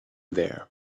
there